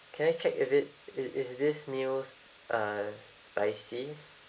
can I check if it i~ is this meal s~ uh spicy